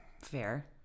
Fair